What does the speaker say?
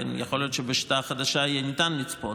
יכול להיות שבשיטה החדשה יהיה ניתן לצפות.